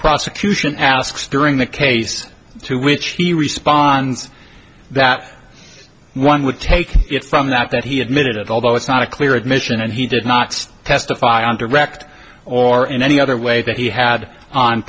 prosecution asks during the case to which he responds that one would take from that that he admitted it although it's not a clear admission and he did not testify on direct or in any other way that he had on